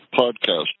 podcast